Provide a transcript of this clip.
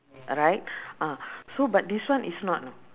right ah so but this one is not